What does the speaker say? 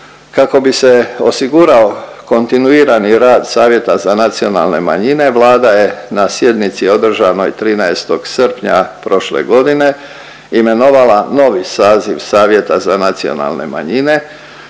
Kako bi se osigurao kontinuirani rad Savjeta za nacionalne manjine Vlada je na sjednici održanoj 13. srpnja prošle godine imenovala novi saziv Savjeta za nacionalne manjine.